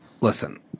listen